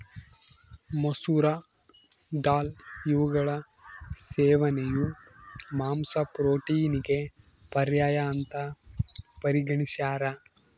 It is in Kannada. ಮಸೂರ ದಾಲ್ ಇವುಗಳ ಸೇವನೆಯು ಮಾಂಸ ಪ್ರೋಟೀನಿಗೆ ಪರ್ಯಾಯ ಅಂತ ಪರಿಗಣಿಸ್ಯಾರ